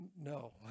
No